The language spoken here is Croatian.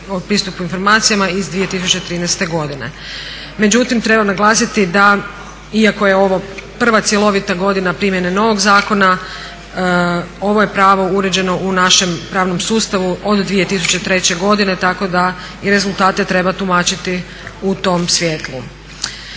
o pristupu informacijama iz 2013.godine. Međutim, treba naglasiti da iako je ovo prva cjelovita godina primjene novog zakona ovo je pravo uređeno u našem pravom sustavu od 2003.godine tako da i rezultate treba tumačiti u tom svjetlu.